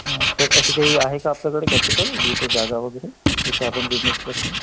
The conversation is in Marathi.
हं तर असं काही आहे का आपल्याकडे कॅपिटल जिथं जागा वगैरे जिथं आपण बिझनेस करू